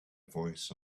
voice